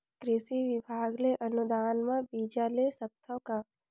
कृषि विभाग ले अनुदान म बीजा ले सकथव का?